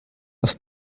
auf